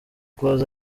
close